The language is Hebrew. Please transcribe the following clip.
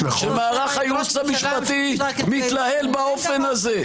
שמערך הייעוץ המשפטי מתנהל באופן הזה,